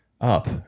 up